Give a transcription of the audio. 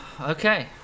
Okay